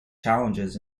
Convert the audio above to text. challenges